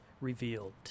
revealed